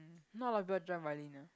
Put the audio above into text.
not a lot of people join violin ah